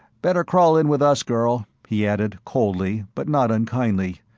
better crawl in with us, girl. he added, coldly but not unkindly,